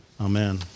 Amen